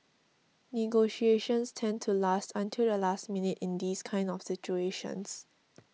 negotiations tend to last until the last minute in these kind of situations